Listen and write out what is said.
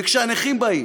וכשהנכים באים,